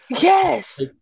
yes